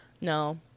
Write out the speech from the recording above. no